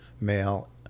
male